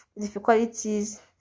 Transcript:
difficulties